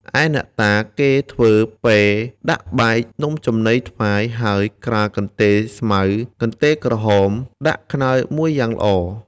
ឯអ្នកតា គេធ្វើពែដាក់បាយនំចំណីថ្វាយ ហើយក្រាលកន្ទេលស្មៅ កន្ទេលក្រហម ដាក់ខ្នើយមួយយ៉ាងល្អ